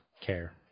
care